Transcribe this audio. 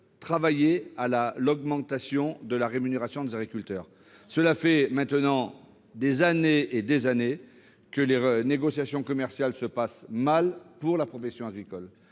travailler à l'augmentation de la rémunération des agriculteurs. Cela fait maintenant des années que les négociations commerciales se passent mal pour la profession agricole.